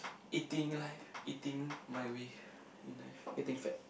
eating life eating my way in life eating fat